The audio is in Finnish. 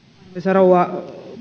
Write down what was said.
rouva